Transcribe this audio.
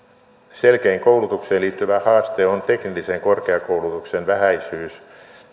selkein koulutukseen liittyvä haaste on teknillisen korkeakoulutuksen vähäisyys